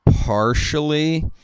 partially